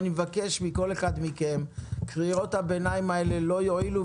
אבל אני מבקש מכל אחד מכם: קריאות הביניים האלה לא מועילות,